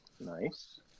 Nice